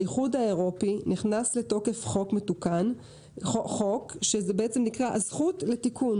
באיחוד האירופי נכנס לתוקף חוק שנקרא הזכות לתיקון.